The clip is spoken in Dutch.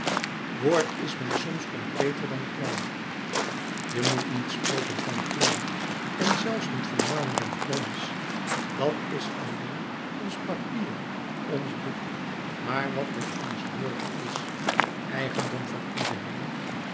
woord is mij soms concreter dan klei je moet niet spreken van klei en zelfs niet van marmer of brons dat is alleen ons papier ons boek maar wat bij ons woord is eigendom van iedereen